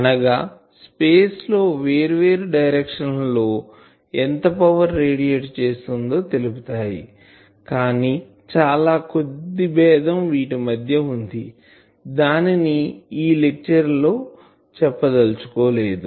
అనగా స్పేస్ లో వేర్వేరు డైరెక్షన్ ల లో ఎంత పవర్ రేడియేట్ చేస్తుందో తెలుపుతాయి కానీ వీటి మధ్య చాలా కొద్దీ బేధం వుంది దానిని ఈ లెక్చర్ లో చెప్పదల్చు కోలేదు